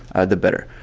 ah the better.